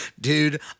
dude